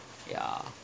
ya